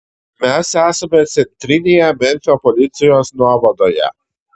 mes esame centrinėje memfio policijos nuovadoje